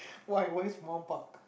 why why small park